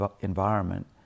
environment